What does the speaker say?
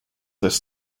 this